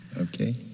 Okay